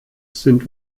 sind